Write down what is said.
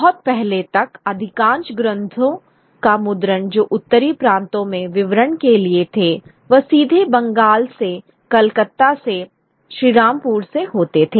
बहुत पहले तक अधिकांश ग्रंथों का मुद्रण जो उत्तरी प्रांतों में वितरण के लिए थे वह सीधे बंगाल से कलकत्ता से श्रीरामपुर से होते थे